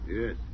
Yes